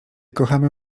kochamy